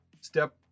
step